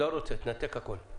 תנתק הכול.